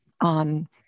on